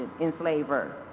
enslaver